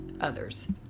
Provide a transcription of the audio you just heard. others